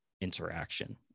interaction